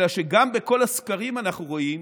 אלא שגם בכל הסקרים אנחנו רואים